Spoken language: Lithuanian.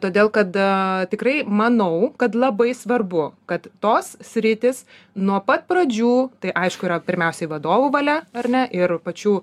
todėl kad tikrai manau kad labai svarbu kad tos sritys nuo pat pradžių tai aišku yra pirmiausiai vadovų valia ar ne ir pačių